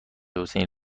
حسینی